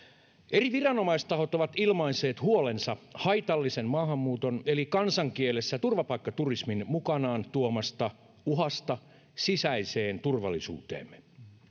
eri viranomaistahot ovat ilmaisseet huolensa haitallisen maahanmuuton eli kansankielessä turvapaikkaturismin mukanaan tuomasta uhasta sisäiseen turvallisuuteemme